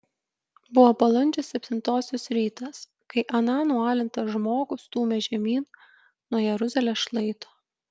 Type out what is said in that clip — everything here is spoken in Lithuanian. buvo balandžio septintosios rytas kai aną nualintą žmogų stūmė žemyn nuo jeruzalės šlaito